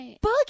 Bug